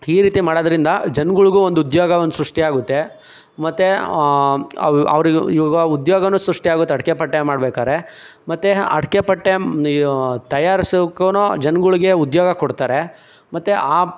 ಈ ರೀತಿ ಮಾಡೋದ್ರಿಂದ ಜನ್ಗಳ್ಗೂ ಒಂದು ಉದ್ಯೋಗವನ್ನು ಸೃಷ್ಟಿಯಾಗುತ್ತೆ ಮತ್ತು ಅವರಿಗೂ ಈವಾಗ ಉದ್ಯೋಗನೂ ಸೃಷ್ಟಿಯಾಗುತ್ತೆ ಅಡಕೆಪಟ್ಟೆ ಮಾಡ್ಬೇಕಾದ್ರೆ ಮತ್ತು ಅಡಕೆಪಟ್ಟೆ ತಯಾರಿಸೋಕ್ಕು ಜನ್ಗಳಿಗೆ ಉದ್ಯೋಗ ಕೊಡ್ತಾರೆ ಮತ್ತು ಆ